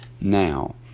now